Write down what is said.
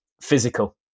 physical